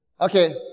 okay